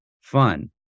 fun